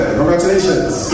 Congratulations